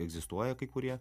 egzistuoja kai kurie